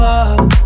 up